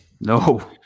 No